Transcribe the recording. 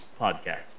podcast